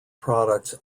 products